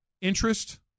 interest